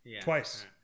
twice